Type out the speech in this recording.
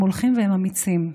הם הולכים והם אמיצים.